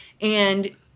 And-